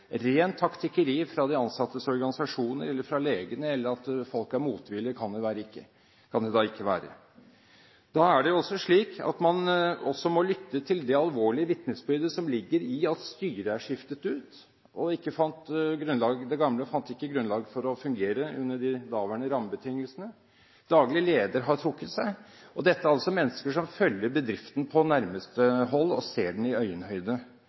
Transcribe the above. Rent taktikkeri fra de ansattes organisasjoner, fra legene eller at folk er motvillige, kan det da ikke være. Det er også slik at man må lytte til det alvorlige vitnesbyrdet som ligger i at styret er skiftet ut – det gamle fant ikke grunnlag for å fungere under de daværende rammebetingelsene. Daglig leder har trukket seg. Dette er altså mennesker som følger bedriften på nærmeste hold og ser den i